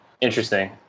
Interesting